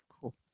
Cool